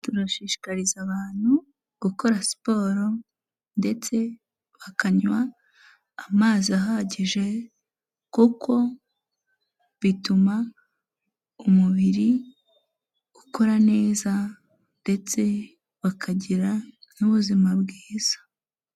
Turashishikariza abantu gukora siporo ndetse bakanywa amazi ahagije kuko bituma umubiri ukora neza, ndetse bakagira n'ubuzima bwiza.